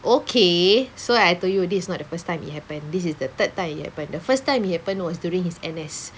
okay so I told you this is not the first time it happened this is the third time it happened the first time it happened was during his N_S